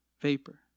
vapor